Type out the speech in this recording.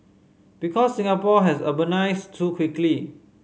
because Singapore has urbanised too quickly